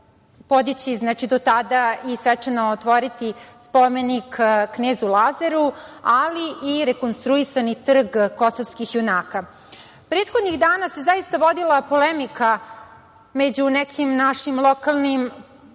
podići, do tada i svečano otvoriti spomenik knezu Lazaru, ali i rekonstruisani trg Kosovskih junaka. Prethodnih dana se zaista vodila polemika među nekim našim lokalnim